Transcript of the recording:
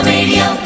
Radio